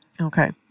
Okay